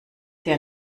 der